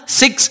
six